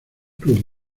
clubes